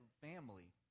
family